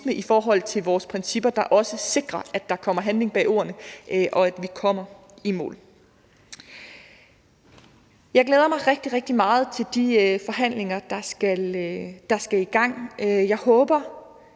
i forhold til vores principper, der også sikrer, at der kommer handling bag ordene, og at vi kommer i mål. Jeg glæder mig rigtig, rigtig meget til de forhandlinger, der skal i gang. Jeg håber